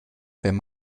wenn